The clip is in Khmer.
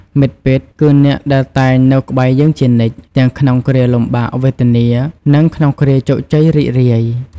មិត្តពិត គឺអ្នកដែលតែងនៅក្បែរយើងជានិច្ច ទាំងក្នុងគ្រាលំបាកវេទនា និងក្នុងគ្រាជោគជ័យរីករាយ។